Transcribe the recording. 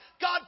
God